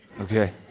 Okay